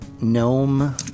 gnome